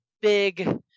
big